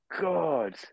God